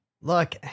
Look